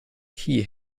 key